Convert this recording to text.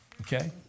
okay